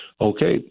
Okay